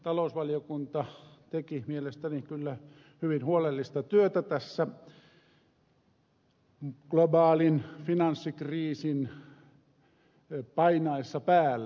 talousvaliokunta teki mielestäni kyllä hyvin huolellista työtä tässä globaalin finanssikriisin painaessa päälle